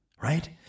right